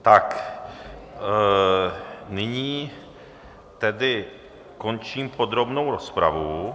Tak nyní tedy končím podrobnou rozpravu.